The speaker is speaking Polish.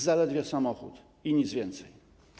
Zaledwie samochód i nic więcej.